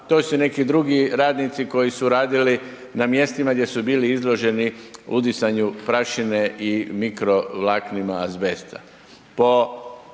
to su neki drugi radnici koji su radili na mjestima gdje su bili izloženi udisanju prašine i mikrovlaknima azbesta.